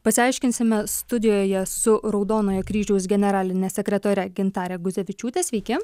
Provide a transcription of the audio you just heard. pasiaiškinsime studijoje su raudonojo kryžiaus generaline sekretore gintare guzevičiūte sveiki